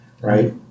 right